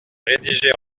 rédigés